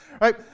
right